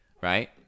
right